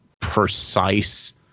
precise